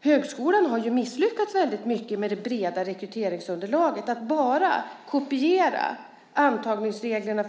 Högskolan har misslyckats med det breda rekryteringsunderlaget. Att kopiera antagningsreglerna